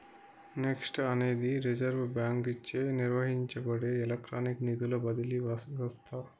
NEFT అనేది reserve బాంకీచే నిర్వహించబడే ఎలక్ట్రానిక్ నిధుల బదిలీ వ్యవస్త